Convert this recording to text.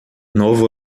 novo